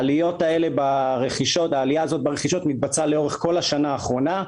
העלייה ברכישות התבצעה לאורך כל השנה האחרונה,